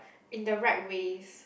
in the right ways